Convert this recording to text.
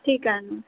ठीक आहे ना